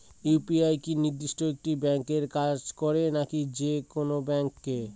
UPI কি নির্দিষ্ট একটি ব্যাংকে কাজ করে নাকি যে কোনো ব্যাংকে?